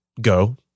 go